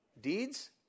Deeds